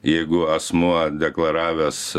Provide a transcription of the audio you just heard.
jeigu asmuo deklaravęs